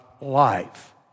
life